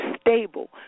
stable